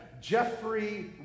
Jeffrey